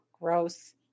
gross